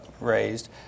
raised